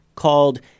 Called